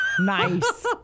Nice